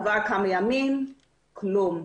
עברו כמה ימים כלום.